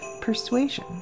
Persuasion